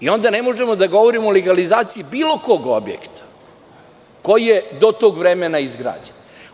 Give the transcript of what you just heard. Onda ne možemo da govorimo o legalizaciji bilo kog objekta koji je do tog vremena izgrađen.